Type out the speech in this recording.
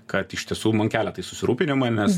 kad iš tiesų man kelia tai susirūpinimą nes